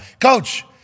Coach